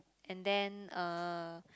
and then uh